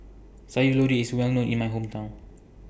Sayur Lodeh IS Well known in My Hometown